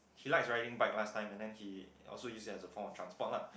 he likes riding bike last time and then he also use it as a form of transport lah